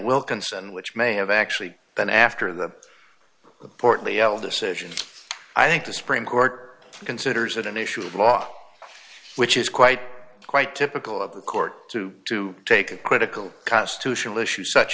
wilkinson which may have actually been after the portly l decision i think the supreme court considers it an issue of law which is quite quite typical of the court to to take a quick and cost to shal issue such